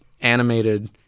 animated